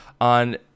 On